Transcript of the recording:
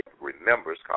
remembers